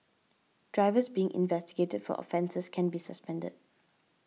drivers being investigated for offences can be suspended